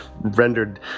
rendered